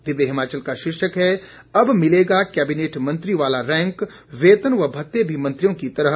दिव्य हिमाचल का शीर्षक है अब मिलेगा कैबिनेट मंत्री वाला रैंक वेतन व भत्ते भी मंत्रियों की तरह